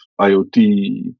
IoT